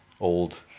old